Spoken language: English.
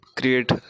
create